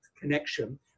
connection